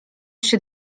się